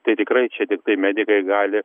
tai tikrai čia tiktai medikai gali